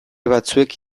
batzuek